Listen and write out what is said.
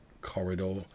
corridor